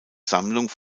sammlung